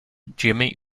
jimmy